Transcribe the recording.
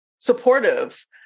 supportive